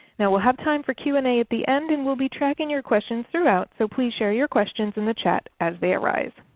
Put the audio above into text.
now will have time for q and a at the end and we will be tracking your questions throughout, so please share your questions in the chat as they arise.